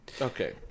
Okay